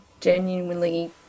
genuinely